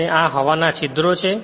અને આ હવાના છિદ્રો છે